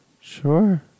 Sure